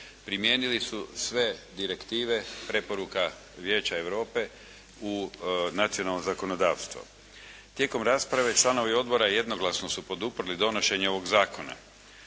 Primijenili su sve direktive preporuka Vijeća Europe u nacionalno zakonodavstvo. Tijekom rasprave članovi odbora jednoglasno su poduprli donošenje ovog zakona.